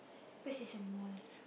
because it's a mall